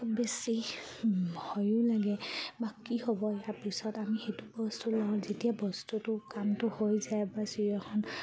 খুব বেছি ভয়ো লাগে বা কি হ'ব ইয়াৰ পিছত আমি সেইটো বস্তু লওঁ যেতিয়া বস্তুটো কামটো হৈ যায় বা চিৰিয়েলখন